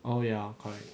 oh ya correct